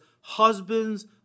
Husbands